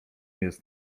jest